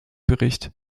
bericht